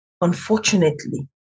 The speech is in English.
unfortunately